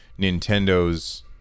Nintendo's